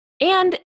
And-